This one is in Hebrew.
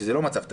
שזה לא מצב תקין.